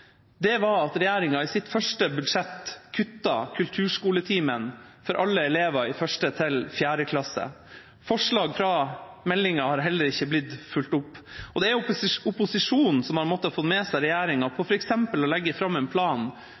årene var at regjeringa i sitt første budsjett kuttet kulturskoletimen for alle elever i 1.–4. klasse. Forslag i meldinga har heller ikke blitt fulgt opp. Det er opposisjonen som har måttet få med seg regjeringa på f.eks. å legge fram en plan